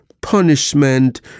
punishment